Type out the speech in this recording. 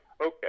Okay